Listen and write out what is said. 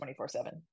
24-7